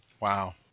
wow